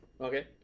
Okay